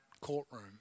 courtroom